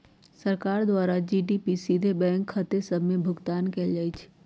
सरकार द्वारा डी.बी.टी सीधे बैंक खते सभ में भुगतान कयल जाइ छइ